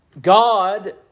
God